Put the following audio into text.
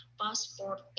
passport